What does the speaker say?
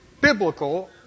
biblical